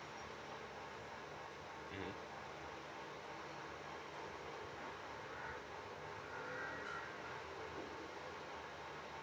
mmhmm